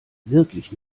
wirklich